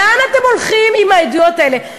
לאן אתם הולכים עם העדויות האלה?